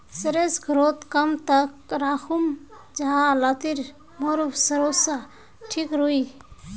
सरिस घोरोत कब तक राखुम जाहा लात्तिर मोर सरोसा ठिक रुई?